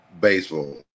baseball